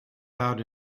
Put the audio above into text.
out